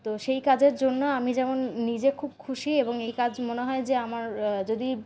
তো সেই কাজের জন্য আমি যেমন নিজে খুব খুশি এবং এইকাজ মনে হয় যে আমার যদি